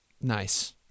nice